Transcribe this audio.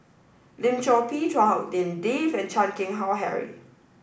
Lim Chor Pee Chua Hak Lien Dave and Chan Keng Howe Harry